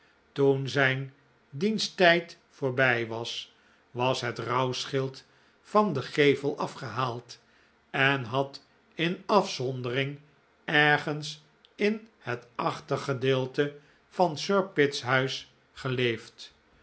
toen zijn diensttijd voorbij was was het rouwschild van den gevel afgehaald en had in afzondering ergens in het achtergedeelte van sir pitt's huis geleefd